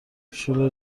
شیلا